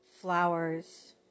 flowers